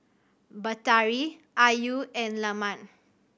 Batari Ayu and Leman